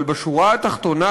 אבל בשורה התחתונה,